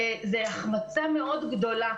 זו החמצה מאוד גדולה.